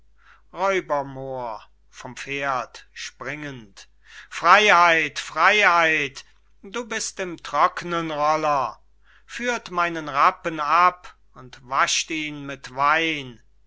freyheit freyheit du bist im trocknen roller führ meinen rappen ab schweizer und wasch ihn mit wein